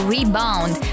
Rebound